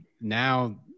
now –